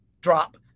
drop